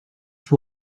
both